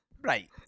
Right